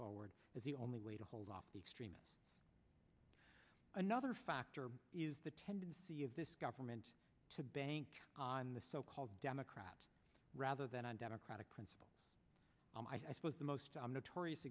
forward as the only way to hold up the extremists another factor is the tendency of this government to bank on the so called democrat rather than on democratic principle i suppose the most i'm notorious